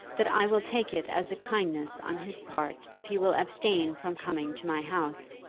that i will take it as a kindness on his part if he will abstain from coming to my house.